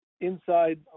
inside